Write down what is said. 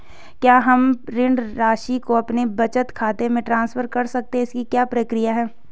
क्या हम ऋण राशि को अपने बचत खाते में ट्रांसफर कर सकते हैं इसकी क्या प्रक्रिया है?